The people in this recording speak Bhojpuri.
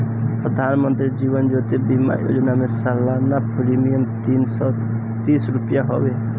प्रधानमंत्री जीवन ज्योति बीमा योजना में सलाना प्रीमियम तीन सौ तीस रुपिया हवे